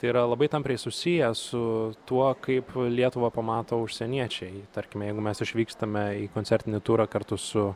tai yra labai tampriai susiję su tuo kaip lietuvą pamato užsieniečiai tarkime jeigu mes išvykstame į koncertinį turą kartu su